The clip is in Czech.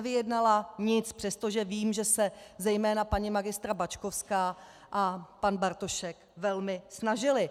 Nevyjednala nic, přestože vím, že se zejména paní magistra Bačkovská a pan Bartošek velmi snažili.